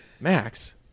Max